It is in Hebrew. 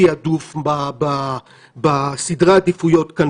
תיעדוף בסדרי העדיפויות כאן,